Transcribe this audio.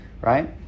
right